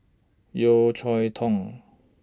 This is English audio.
Yeo Cheow Tong